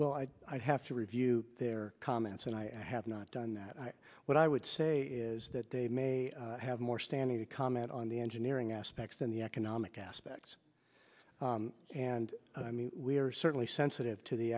well i i have to review their comments and i have not done that i what i would say is that they may have more standing to comment on the engineering aspects than the economic aspects and i mean we are certainly sensitive to the